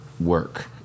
work